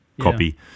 copy